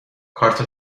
کارت